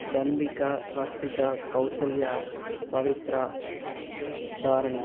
Tanvika Varshika Kausalya Pavithra Dharani